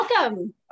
welcome